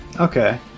Okay